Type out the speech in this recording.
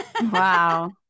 wow